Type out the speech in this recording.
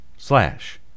slash